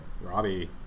Robbie